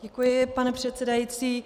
Děkuji, pane předsedající.